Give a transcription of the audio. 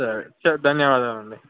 సరే సరే ధన్యవాదాలు అండి